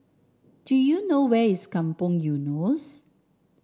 do you know where is Kampong Eunos